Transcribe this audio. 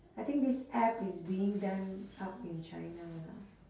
I think this app is being done up in china lah